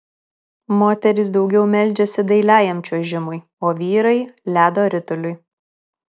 moterys daugiau meldžiasi dailiajam čiuožimui o vyrai ledo rituliui